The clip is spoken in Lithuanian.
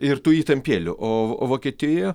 ir tu įtampėlių o o vokietijoje